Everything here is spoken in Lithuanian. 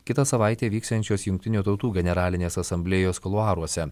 kitą savaitę vyksiančios jungtinių tautų generalinės asamblėjos kuluaruose